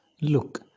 Look